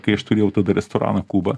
kai aš turėjau tada restoraną kuba